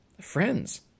friends